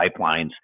pipelines